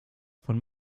von